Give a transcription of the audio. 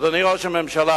אדוני ראש הממשלה,